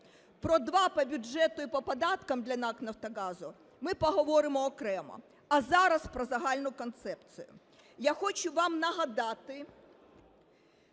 Про два: по бюджету і по податках для НАК "Нафтогазу" – ми поговоримо окремо. А зараз про загальну концепцію. Я хочу вам нагадати,